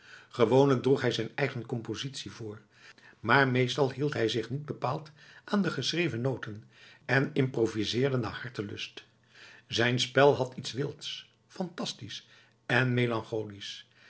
droeg hij zijn eigen compositie voor maar meestal hield hij zich niet bepaald aan de geschreven noten en improviseerde naar hartelust zijn spel had iets wilds phantastisch en melancholisch